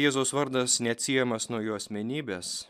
jėzaus vardas neatsiejamas nuo jo asmenybės